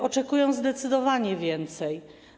Oczekują zdecydowanie więcej.